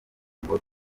ngo